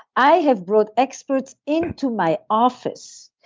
i have wrote experts into my office.